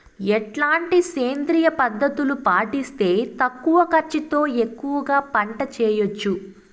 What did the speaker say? ఎట్లాంటి సేంద్రియ పద్ధతులు పాటిస్తే తక్కువ ఖర్చు తో ఎక్కువగా పంట చేయొచ్చు?